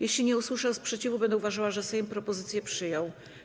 Jeśli nie usłyszę sprzeciwu, będę uważała, że Sejm propozycję przyjął.